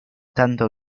tanto